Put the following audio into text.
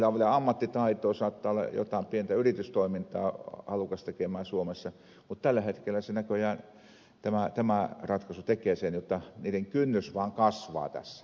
heillä on vielä ammattitaitoa he saattavat olla halukkaita jotain pientä yritystoimintaa tekemään suomessa mutta tällä hetkellä tämä ratkaisu tekee sen jotta niiden kynnys vaan kasvaa tässä